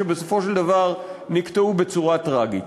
שבסופו של דבר נקטעו בצורה טרגית.